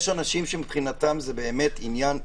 יש אנשים שמבחינתם זה עניין קריטי.